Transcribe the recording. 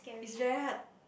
it's very hard